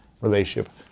relationship